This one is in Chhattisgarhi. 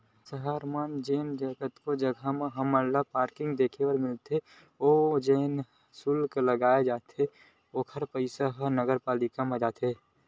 सहर मन म जेन कतको जघा म हमन ल पारकिंग देखे बर मिलथे ओमा जेन सुल्क लगाए जाथे ओखर पइसा ह नगरपालिका म जाथे